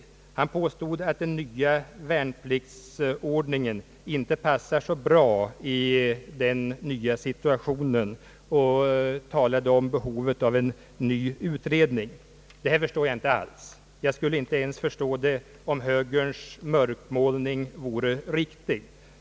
Han påstod att den nya värnpliktsordningen inte är lämplig i den nya situationen och talade om behovet av en ny utredning. Detta förstår jag inte alls. Jag skulle inte ens förstå det om högerns mörkermålning vore riktig.